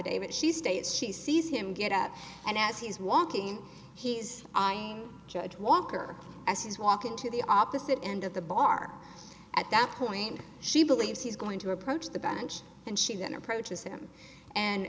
affidavit she states she sees him get up and as he's walking he's judge walker as he's walking to the opposite end of the bar at that point she believes he's going to approach the bench and she then approaches him and